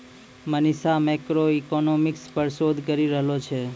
Manisha macroeconomics पर शोध करी रहलो छै